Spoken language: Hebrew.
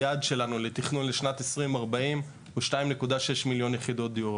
היעד שלנו לתכנון לשנת 2040 הוא 2.6 מיליון יחידות דיור,